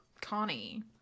connie